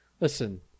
listen